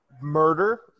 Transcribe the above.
murder